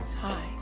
Hi